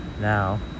now